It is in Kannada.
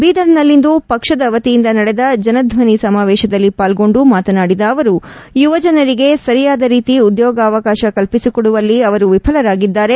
ಬೀದರ್ನಲ್ಲಿಂದು ಪಕ್ಷದ ವತಿಯಿಂದ ನಡೆದ ಜನಧ್ವನಿ ಸಮಾವೇಶದಲ್ಲಿ ಪಾಲ್ಗೊಂಡು ಮಾತನಾಡಿದ ಅವರು ಯುವಜನರಿಗೆ ಸರಿಯಾದ ರೀತಿ ಉದ್ಗೋಗಾವಕಾಶ ಕಲ್ಪಿಸಿಕೊಡುವಲ್ಲಿ ವಿಫಲರಾಗಿದ್ದಾರೆ